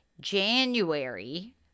January